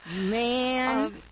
Man